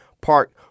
Park